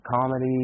comedy